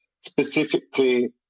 specifically